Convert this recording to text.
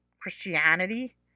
Christianity